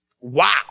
Wow